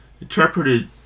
interpreted